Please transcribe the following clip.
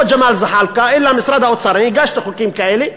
ולא ג'מאל זחאלקה, אני הגשתי חוקים כאלה,